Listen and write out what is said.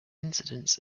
incidents